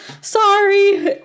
sorry